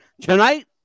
Tonight